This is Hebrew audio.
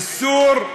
איסור.